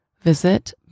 Visit